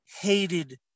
hated